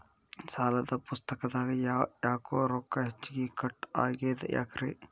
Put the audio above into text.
ಸಾಲದ ಪುಸ್ತಕದಾಗ ಯಾಕೊ ರೊಕ್ಕ ಹೆಚ್ಚಿಗಿ ಕಟ್ ಆಗೆದ ಯಾಕ್ರಿ?